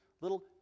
little